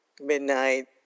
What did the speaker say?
midnight